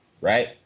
right